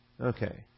Okay